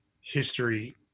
history